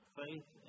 faith